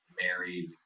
married